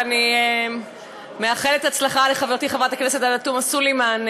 ואני מאחלת הצלחה לחברתי חברת הכנסת עאידה תומא סלימאן,